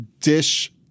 DISH